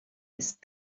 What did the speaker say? ist